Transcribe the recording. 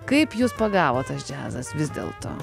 kaip jus pagavo tas džiazas vis dėlto